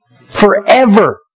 Forever